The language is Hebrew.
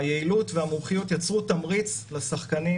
היעילות והמומחיות יצרו תמריץ לשחקנים